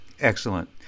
Excellent